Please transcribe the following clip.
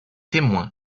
témoin